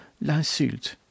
l'insulte